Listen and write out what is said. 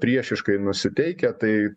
priešiškai nusiteikę tai